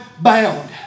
bound